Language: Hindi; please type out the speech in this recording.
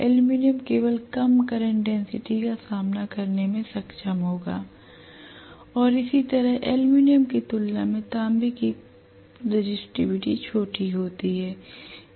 एल्यूमीनियम केवल कम करंट डेंसिटी का सामना करने में सक्षम होगा और इसी तरह एल्यूमीनियम की तुलना में तांबे की प्रतिरोधकता छोटी होती है